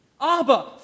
Abba